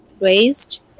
raised